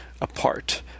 apart